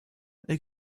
they